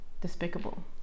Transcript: despicable